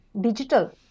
digital